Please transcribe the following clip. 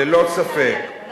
כי הם לא מצליחים להגיע לכולם ואין